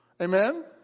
Amen